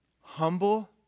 humble